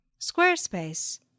Squarespace